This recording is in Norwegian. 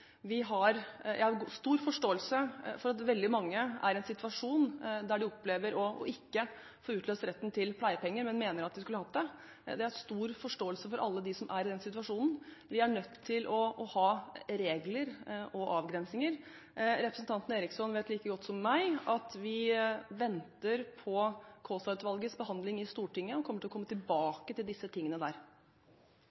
Jeg har stor forståelse for at veldig mange er i en situasjon der de opplever ikke å få utløst retten til pleiepenger, men mener at de skulle hatt det. Det er stor forståelse for alle dem som er i en slik situasjon. Vi er nødt til å ha regler og avgrensninger. Representanten Eriksson vet like godt som meg at vi venter på å behandle Kaasa-utvalgets innstilling i Stortinget, og kommer til å komme